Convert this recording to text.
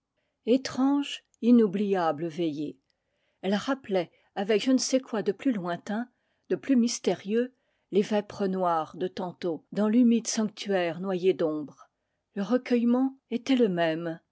étrange inoubliable veillée elle rappelait avec je ne sais quoi de plus lointain de plus mystérieux les vêpres noires s de tantôt dans l'humide sanctuaire noyé d'ombre le recueillement était le même